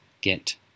get